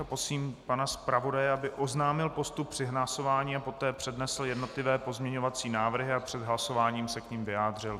Prosím pana zpravodaje, aby oznámil postup při hlasování a poté přednesl jednotlivé pozměňovací návrhy a před hlasováním se k nim vyjádřil.